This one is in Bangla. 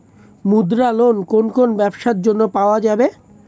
মুদ্রা লোন কোন কোন ব্যবসার জন্য পাওয়া যাবে?